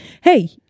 hey